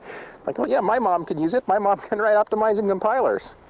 like yeah, my mom can use it. my mom can write optimizing compilers.